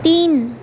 तीन